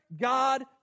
God